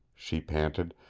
she panted.